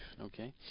Okay